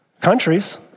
Countries